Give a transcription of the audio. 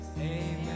Amen